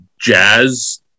jazz